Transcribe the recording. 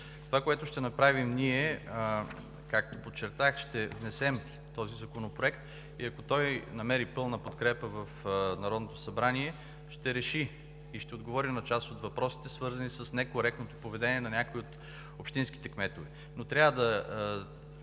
Това, което ще направим ние, както подчертах, е да внесем този законопроект. Ако намери пълна подкрепа в Народното събрание, той ще реши и ще отговори на част от въпросите, свързани с некоректното поведение на някои от общинските кметове. Но трябва да